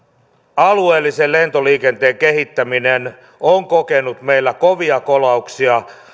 alueellisen lentoliikenteen kehittäminen on kokenut meillä kovia kolauksia